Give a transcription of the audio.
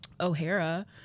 O'Hara